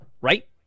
right